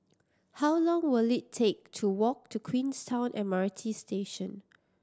how long will it take to walk to Queenstown M R T Station